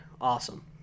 Awesome